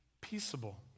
peaceable